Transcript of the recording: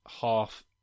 Half